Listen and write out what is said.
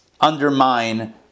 undermine